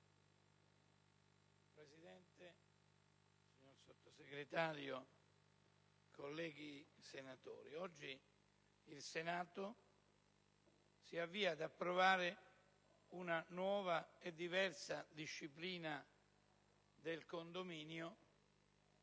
Presidente, signor Sottosegretario, onorevoli colleghi, oggi il Senato si avvia ad approvare una nuova e diversa disciplina del condominio